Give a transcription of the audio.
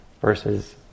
versus